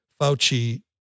Fauci